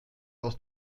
aus